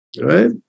right